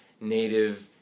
native